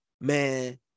man